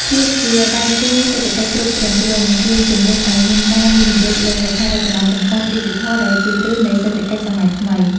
ភាពជាដៃគូសេដ្ឋកិច្ចគ្រប់ជ្រុងជ្រោយ នឹងជួយជំរុញឱ្យមានការវិនិយោគលើហេដ្ឋារចនាសម្ព័ន្ធឌីជីថល ដែលជាគ្រឹះនៃសេដ្ឋកិច្ចសម័យថ្មី។